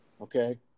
Okay